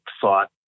thought